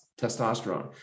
testosterone